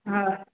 हा